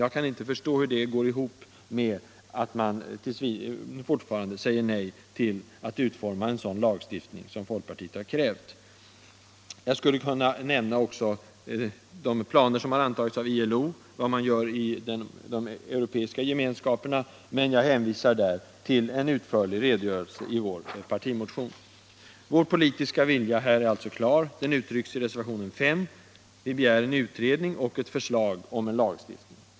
Jag kan inte förstå hur det går ihop med att regeringen fortfarande säger nej till att utforma en sådan lagstiftning som folkpartiet har krävt. Jag skulle kunna nämna också de planer som antagits av ILO och vad man gör i de europeiska gemenskaperna, men jag hänvisar på dessa punkter till en utförlig redogörelse i vår partimotion. Vår politiska vilja är klar — den uttrycks i reservationen 35. Vi begär där en utredning och ett förslag om en lagstiftning.